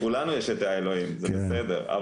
לכולנו יש את אלוהים, זה בסדר.